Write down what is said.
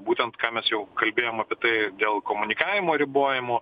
būtent ką mes jau kalbėjom apie tai dėl komunikavimo ribojimo